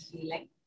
feeling